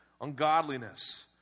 ungodliness